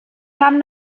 haben